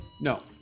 No